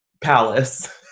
palace